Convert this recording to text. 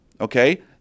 Okay